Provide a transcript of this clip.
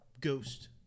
ghost